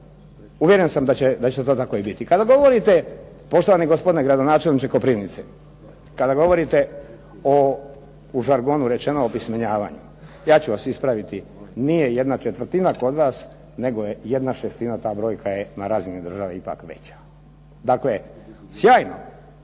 uvjeren sam da će to tako i biti. Kada govorite poštovani gospodine gradonačelniče Koprivnice, kada govorite u žargonu rečeno opismenjavanju. Ja ću vas ispraviti. Nije jedna četvrtina kod vas nego je jedna šestina, ta brojka je na razini države ipak veća. Dakle, sjajno,